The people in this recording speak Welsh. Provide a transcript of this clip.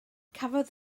cafodd